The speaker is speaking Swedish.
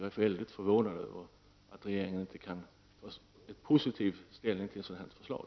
Jag är väldigt förvånad över att regeringen inte kan ställa sig positiv till ett sådant här förslag.